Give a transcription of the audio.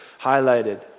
highlighted